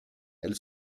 elle